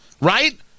right